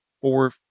four